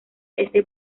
este